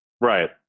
Right